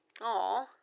Aw